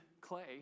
clay